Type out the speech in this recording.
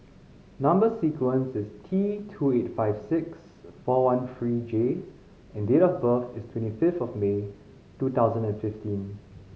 number sequence is T two eight five six four one three J and date of birth is twenty fifth of May two thousand and fifteen